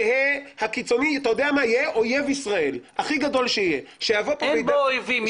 יהיה אויב ישראל הכי גדול שיהיה --- אין פה אויבים,